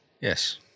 Yes